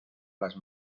las